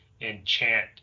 enchant